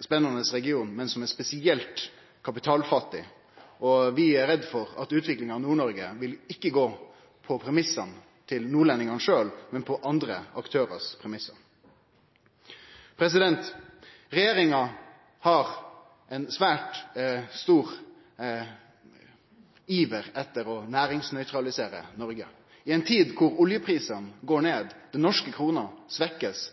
spennande region, men som er spesielt kapitalfattig. Vi er redde for at utviklinga i Nord-Noreg ikkje vil gå på premissane til nordlendingane sjølve, men på andre aktørars premissar. Regjeringa har ein svært stor iver etter å næringsnøytralisere Noreg. I ei tid da oljeprisen går ned og den norske krona blir svekt,